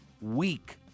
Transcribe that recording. week